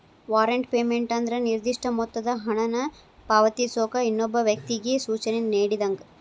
warrant payment ಅಂದ್ರ ನಿರ್ದಿಷ್ಟ ಮೊತ್ತದ ಹಣನ ಪಾವತಿಸೋಕ ಇನ್ನೊಬ್ಬ ವ್ಯಕ್ತಿಗಿ ಸೂಚನೆ ನೇಡಿದಂಗ